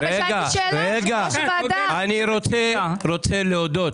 אני רוצה להודות